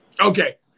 Okay